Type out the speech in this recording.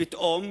פתאום,